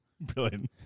Brilliant